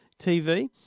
TV